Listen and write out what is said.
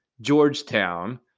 Georgetown